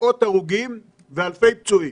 מאות הרוגים ואלפי פצועים,